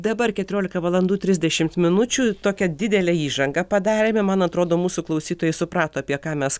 dabar keturiolika valandų trisdešimt minučių tokią didelę įžangą padarėme man atrodo mūsų klausytojai suprato apie ką mes